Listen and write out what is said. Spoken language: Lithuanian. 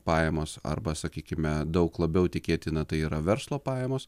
pajamos arba sakykim daug labiau tikėtina tai yra verslo pajamos